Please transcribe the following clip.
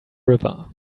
river